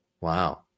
Wow